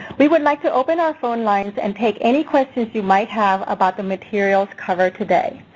we would like to open our phone lines and take any questions you might have about the materials covered today.